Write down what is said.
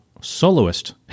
soloist